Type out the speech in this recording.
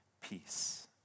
peace